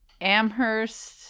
Amherst